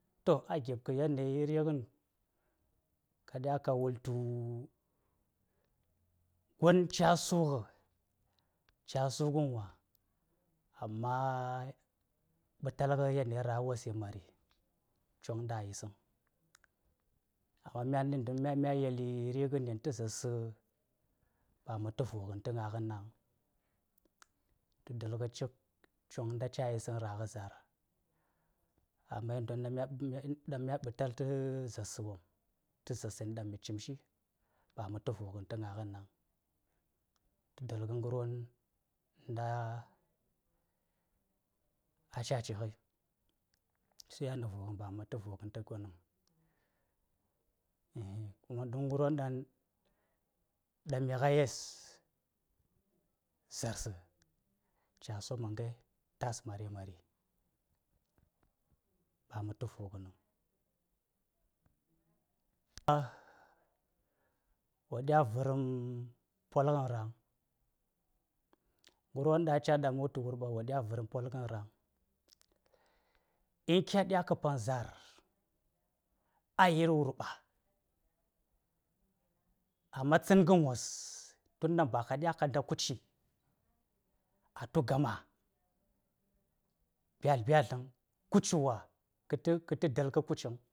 To a gip kə yanayi ringən ka ɗya ka wultu gon ca su ngə casu ngən wa ammma yanayi ɓital ngən yanayi ya wos yi mari choŋ ta a yi sən don myan mya yeli vi ngənen tə ngaa nga naŋ nə dur ngə cik choŋ ngən ca yi səŋ ɗan ra ngə zaar sən ɗan mi cim shi ba mi tə vu ngən tə ngaa ngə naŋ nə dur ngdd ngər won a ca ci ngən yan nə vungə n ba mi tə vungədn tə gondəŋ duk ngər won ɗaŋ ya ngai yes zaar sə caa su mə ndai tas mari mari ba mi tə vu ngd wa ɗya vərəm pol ngən raŋ, ngər won ɗaŋ a caa mə wutu wurɓa wa ɗya vərəm pol ngən raŋ ngər won ɗaŋ a caa mə wutu wurɓa wa ɗya kə pan zaar a yir wurɓa amma tsən ngən wos tun ɗan ba ka ɗya ka nda kuci a tu gama byalt-nyalt tləŋ kuci wa ki tə dəl kə kuciŋ.